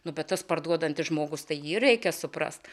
nubet tas parduodantis žmogus tai jį reikia suprasti